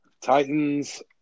Titans